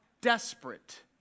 Desperate